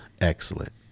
excellent